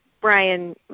Brian